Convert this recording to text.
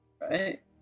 Right